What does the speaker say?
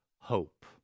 hope